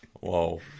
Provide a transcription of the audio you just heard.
Whoa